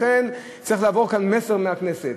לכן, צריך לעבור כאן מסר מהכנסת.